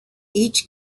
each